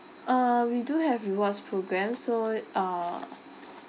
uh we do have rewards programme so uh